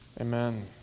Amen